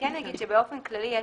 יש